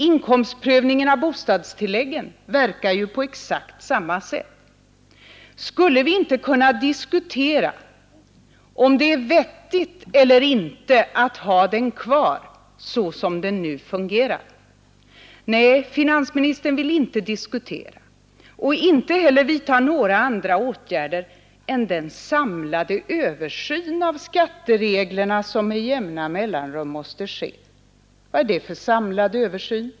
Inkomstprövningen av bostadstilläggen verkar på exakt samma sätt. Skulle vi inte kunna diskutera om det är vettigt eller inte att ha den kvar så som den nu fungerar? Nej, finansministern vill inte diskutera och inte heller vidta några andra åtgärder än den samlade översyn av skattereglerna som med jämna mellanrum måste ske. Vad är det för samlad översyn?